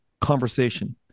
conversation